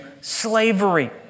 slavery